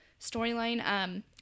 storyline